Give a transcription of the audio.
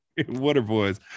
Waterboys